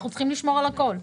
אנחנו צריכים לשמור על הכול.